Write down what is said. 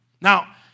Now